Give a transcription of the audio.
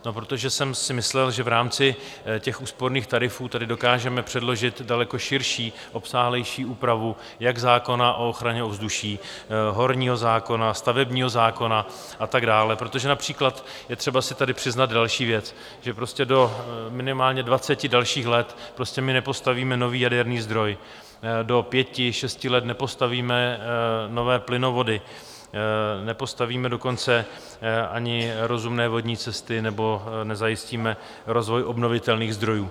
No, protože jsem si myslel, že v rámci úsporných tarifů tady dokážeme předložit daleko širší obsáhlejší úpravu jak zákona o ochraně ovzduší, horního zákona, stavebního zákona a tak dále, protože například je třeba si tady přiznat další věc, že minimálně do dalších dvaceti let prostě nepostavíme nový jaderný zdroj, do pěti šesti let nepostavíme nové plynovody, nepostavíme dokonce ani rozumné vodní cesty nebo nezajistíme rozvoj obnovitelných zdrojů.